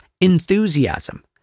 enthusiasm